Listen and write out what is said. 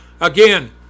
Again